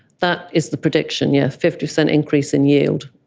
that is the prediction, yes, fifty percent increase in yield,